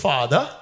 Father